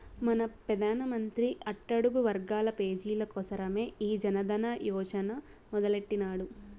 మన పెదానమంత్రి అట్టడుగు వర్గాల పేజీల కోసరమే ఈ జనదన యోజన మొదలెట్టిన్నాడు